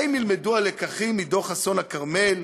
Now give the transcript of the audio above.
האם נלמדו הלקחים מדוח אסון הכרמל?